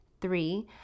Three